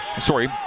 Sorry